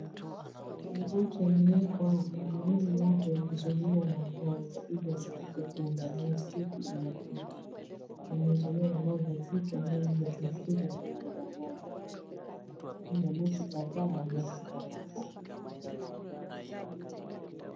Maboti yamewekwa baharini hapo yakizingirwa na nanga ili yasipate kwenda. Ni usiku imefika. Imezingirwa na nanga nzito ambayo imetumbukizwa ndani ya bahari. Ni maboti kadhaa yamewekwa hapo